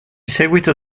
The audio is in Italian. seguito